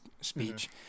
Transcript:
speech